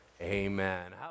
amen